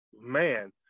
man